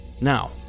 Now